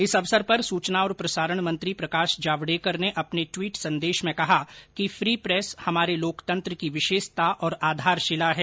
इस अवसर पर सूचना और प्रसारण मंत्री प्रकाश जावड़ेकर ने अपने ट्वीट संदेश में कहा कि फ्री प्रेस हमारे लोकतंत्र की विशेषता और आधारशिला है